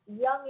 young